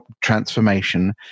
transformation